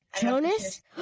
Jonas